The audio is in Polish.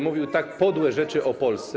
mówił tak podłe rzeczy o Polsce.